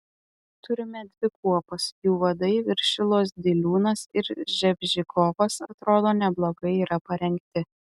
turime dvi kuopas jų vadai viršilos diliūnas ir ževžikovas atrodo neblogai yra parengti